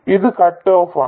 ഇത്കട്ട് ഓഫാണ്